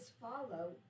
follow